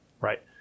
Right